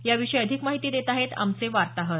याविषयी अधिक माहिती देत आहेत आमचे वार्ताहर